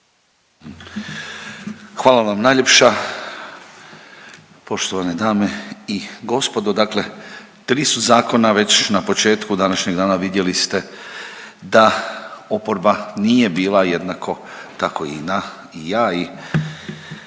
Hvala vam najljepša. Poštovane dame i gospodo, tri su zakona već na početku današnjeg dana vidjeli ste da oporba nije bila jednako i na i ja i moj